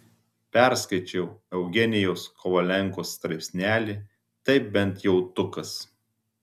perskaičiau eugenijaus kovalenkos straipsnelį tai bent jautukas